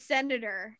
Senator